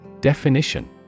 Definition